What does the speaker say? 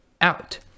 out